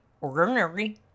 ordinary